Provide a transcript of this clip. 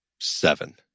Seven